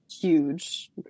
huge